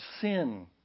sin